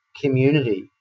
community